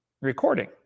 recording